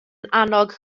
annog